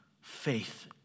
faith